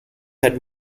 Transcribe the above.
had